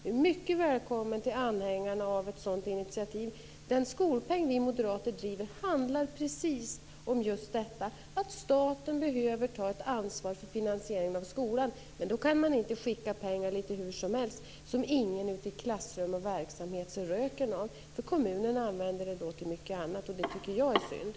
Hon är mycket välkommen till anhängarna av ett sådant initiativ. Den skolpeng som vi moderater driver handlar precis om detta. Staten behöver ta ett ansvar för finansieringen av skolan. Men då kan man inte skicka pengar litet hur som helst som ingen ute i klassrum och verksamhet ser röken av eftersom kommunerna använder dem till mycket annat. Det tycker jag är synd.